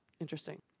Interesting